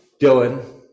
Dylan